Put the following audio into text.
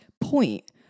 point